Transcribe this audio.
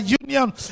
union